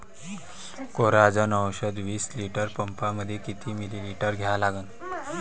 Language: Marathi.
कोराजेन औषध विस लिटर पंपामंदी किती मिलीमिटर घ्या लागन?